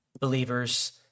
believers